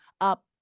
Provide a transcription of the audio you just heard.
up